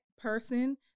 person